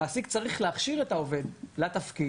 המעסיק צריך להכשיר את העובד לתפקיד,